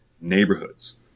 neighborhoods